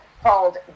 called